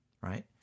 right